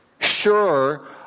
sure